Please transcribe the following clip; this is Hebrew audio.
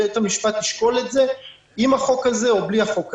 בית המשפט ישקול את זה עם החוק הזה או בלי החוק הזה.